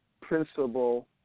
principal